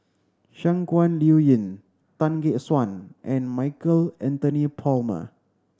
Shangguan Liuyun Tan Gek Suan and Michael Anthony Palmer